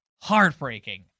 heartbreaking